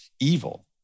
evil